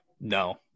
No